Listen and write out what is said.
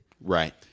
right